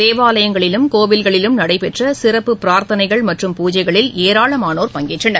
தேவாலயங்களிலும் கோவில்களிலும் நடைபெற்ற சிறப்பு பிரார்த்தனைகள் மற்றும் பூஜைகளில் ஏராளமானோர் பங்கேற்றனர்